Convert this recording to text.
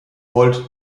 wollt